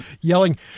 yelling